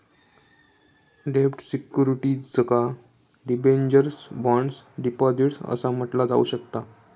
डेब्ट सिक्युरिटीजका debentures, bonds, deposits असा म्हटला जाऊ शकता